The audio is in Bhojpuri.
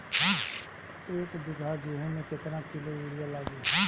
एक बीगहा गेहूं में केतना किलो युरिया लागी?